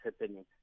happening